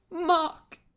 Mark